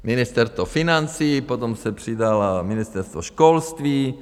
Ministerstvo financí, potom se přidalo Ministerstvo školství.